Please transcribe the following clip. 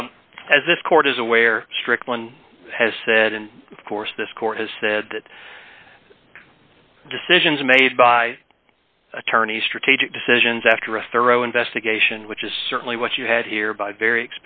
as this court is aware strickland has said and of course this court has said that decisions made by attorneys strategic decisions after a thorough investigation which is certainly what you had here by very